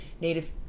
native